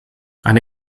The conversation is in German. eine